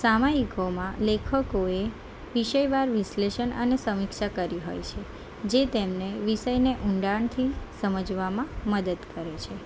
સામયિકોમાં લેખકોએ વિષયવાર વિશ્લેષણ અને સમીક્ષા કરી હોય છે જે તેમને વિષયને ઊંડાણથી સમજવામાં મદદ કરે છે